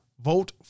Vote